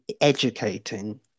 educating